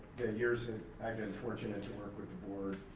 years that i've been fortunate to work with the board,